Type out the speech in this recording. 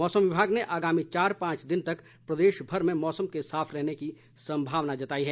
मौसम विभाग ने आगामी चार पांच दिन तक प्रदेश भर में मौसम के साफ रहने की संभावना जताई है